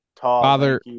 Father